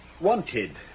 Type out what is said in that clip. Wanted